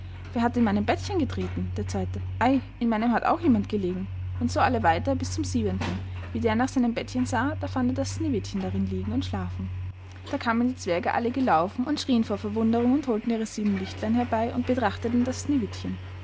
wer hat in mein bettchen getreten der zweite ei in meinem hat auch jemand gelegen und so alle weiter bis zum siebenten wie der nach seinem bettchen sah da fand er das sneewittchen darin liegen und schlafen da kamen die zwerge alle gelaufen und schrieen vor verwunderung und holten ihre sieben lichtlein herbei und betrachteten das sneewittchen